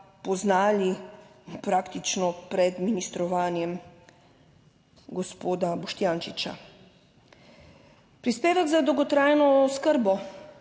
poznali praktično pred ministrovanjem gospoda Boštjančiča. Prispevek za dolgotrajno oskrbo